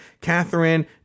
Catherine